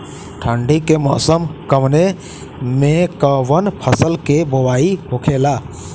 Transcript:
ठंडी के मौसम कवने मेंकवन फसल के बोवाई होखेला?